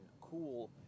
cool